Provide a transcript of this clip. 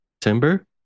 Timber